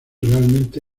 realmente